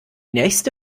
nächste